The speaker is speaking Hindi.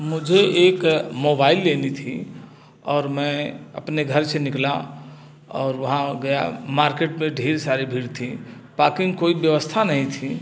मुझे एक मोबाइल लेनी थी और मैं अपने घर से निकला और वहाँ गया मार्केट में ढेर सारी भीड़ थी पाकिंग कोई व्यवस्था नहीं थी